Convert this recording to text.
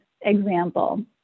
example